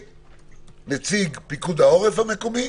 נציג פיקוד העורף המקומי